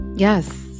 Yes